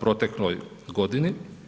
protekloj godini.